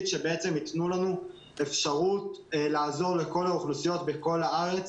שיתנו לנו אפשרות לעזור לכל האוכלוסיות בכל הארץ